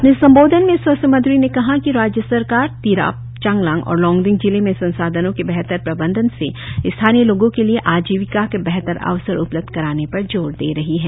अपने संबोधन में स्वास्थ्य मंत्री ने कहा कि राज्य सरकार तिरप चांगलांग और लोंगडिंग जिले में संसाधनों के बेहतर प्रबंधन से स्थानीय लोगों के लिए आजीविका के बेहतर अवसर उपलब्ध कराने पर जोर दे रही है